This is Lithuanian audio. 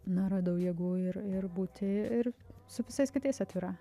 na radau jėgų ir ir būti ir su visais kitais atvira